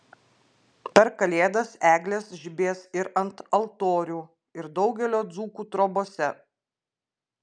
per kalėdas eglės žibės ir ant altorių ir daugelio dzūkų trobose